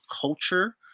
culture